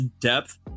depth